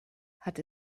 hat